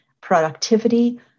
productivity